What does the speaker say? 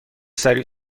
سریع